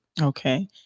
Okay